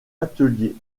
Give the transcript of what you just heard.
atelier